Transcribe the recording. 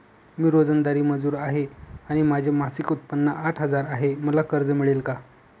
मी रोजंदारी मजूर आहे आणि माझे मासिक उत्त्पन्न आठ हजार आहे, मला कर्ज मिळेल का?